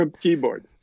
keyboard